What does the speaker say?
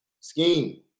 Scheme